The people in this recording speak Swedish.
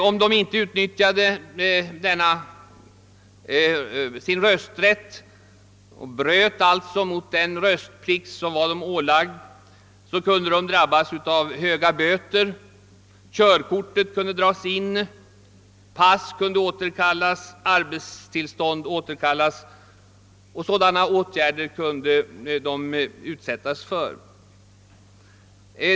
Om de inte utnyttjade sin rösträtt och alltså bröt mot den röstplikt som var dem ålagd kunde de dömas till höga böter, körkortet kunde dras in, pass och arbetstillstånd återkallas etc.